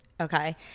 okay